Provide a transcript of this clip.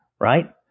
Right